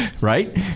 right